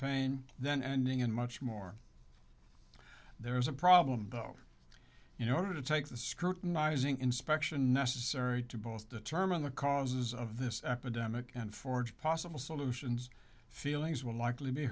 pain then ending and much more there is a problem in order to take the scrutinizing inspection necessary to both determine the causes of this epidemic and forge possible solutions feelings will likely be